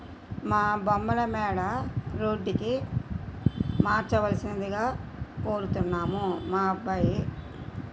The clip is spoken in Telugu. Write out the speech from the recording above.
మా బొమ్మల మేడ రూటుకి మార్చవలసిందిగా కోరుతున్నాము మా అబ్బాయి